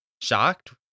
shocked